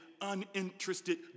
uninterested